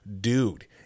dude